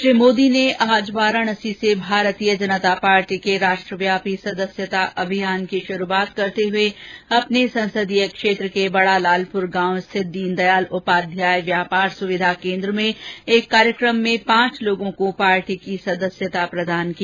श्री मोदी ने आज वाराणसी से भारतीय जनता पार्टी के राष्ट्रव्यापी सदस्यता अभियान की शुरूआत करते हुए अपने संसदीय क्षेत्र के बड़ा लालपुर गांव स्थित दीनदयाल उपाध्याय व्यांपार सुविधा केन्द्र में एक कार्यक्रम में पांच लोगों को पार्टी की सदस्यता प्रदान की